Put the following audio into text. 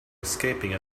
escaping